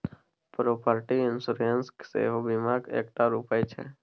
property insurance सेहो बीमाक एकटा रुप छै